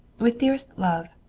with dearest love.